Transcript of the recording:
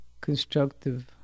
constructive